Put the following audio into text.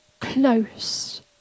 close